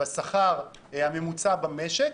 בשכר הממוצע במשק.